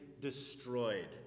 destroyed